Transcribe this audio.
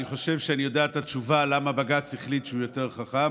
אני חושב שאני יודע את התשובה למה בג"ץ החליט שהוא יותר חכם,